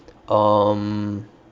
um